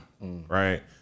right